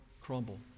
crumble